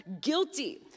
guilty